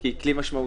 כי היא כלי משמעותי